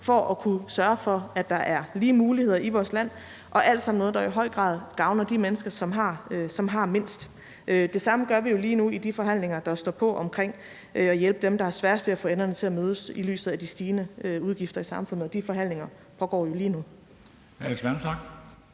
for at kunne sørge for, at der er lige muligheder i vores land, og det er alt sammen noget, der i høj grad gavner de mennesker, som har mindst. Det samme gør vi jo lige nu i de forhandlinger, der er om at hjælpe dem, der har sværest ved at få enderne til at mødes på grund af de stigende udgifter i samfundet. De forhandlinger pågår jo lige nu.